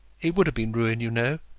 it would have been ruin, you know,